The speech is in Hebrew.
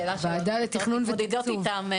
beyond my scope --- מתמודדות איתם.